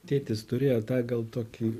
tėtis turėjo tą gal tokį